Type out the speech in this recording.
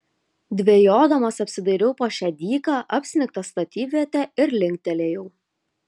dvejodamas apsidairiau po šią dyką apsnigtą statybvietę ir linktelėjau